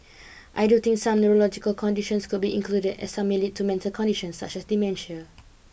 I do think some neurological conditions could be included as some may lead to mental conditions such as dementia